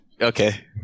okay